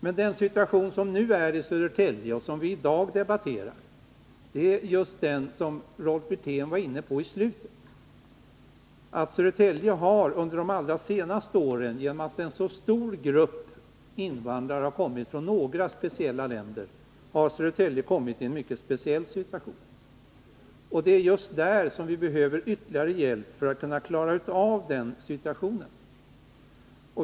Men den nuvarande situationen i Södertälje, den som vii dag debatterar, beror just på det som Rolf Wirtén var inne på i slutet av sitt inlägg, nämligen att Södertälje under de allra senaste åren fått motta en stor grupp invandrare från några speciella länder. Det är för att klara av denna speciella situation som vi behöver ytterligare hjälp i Södertälje.